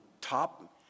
top